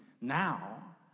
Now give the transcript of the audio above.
now